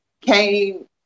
came